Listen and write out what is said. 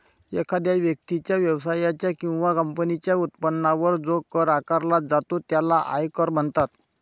एखाद्या व्यक्तीच्या, व्यवसायाच्या किंवा कंपनीच्या उत्पन्नावर जो कर आकारला जातो त्याला आयकर म्हणतात